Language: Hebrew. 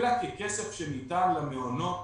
אלא ככסף שניתן למעונות,